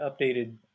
updated